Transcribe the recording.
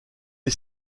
est